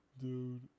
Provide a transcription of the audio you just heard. dude